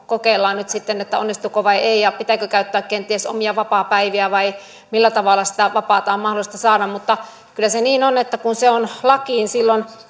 kokeillaan nyt sitten onnistuuko vai ei ja pitääkö käyttää kenties omia vapaapäiviä vai millä tavalla sitä vapaata on mahdollista saada mutta kyllä se niin on että kun se on lakiin silloin